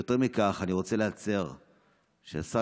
יותר מכך אני רוצה להצר על כך שהשר